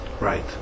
Right